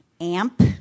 AMP